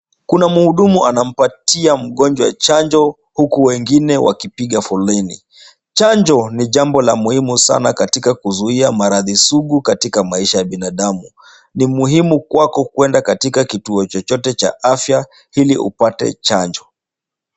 Kuna mhudumu anampatia mgonjwa chanjo huku wengine wakipiga foleni. Chanjo ni jambo la muhimu sana katika kuzuia maradhi sugu katika maisha ya binadamu. Ni muhimu kwako kuenda katika kituo chochote cha afya ili upate chanjo.